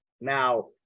now